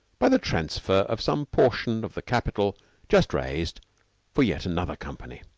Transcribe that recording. by the transfer of some portion of the capital just raised for yet another company.